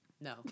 No